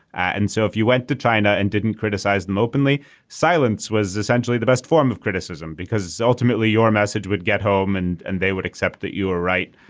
and so if you went to china and didn't criticize them openly silence was essentially the best form of criticism because ultimately your message would get home and and they would accept that you were right.